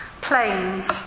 planes